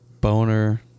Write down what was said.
Boner